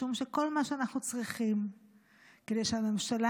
משום שכל מה שאנחנו צריכים כדי שהממשלה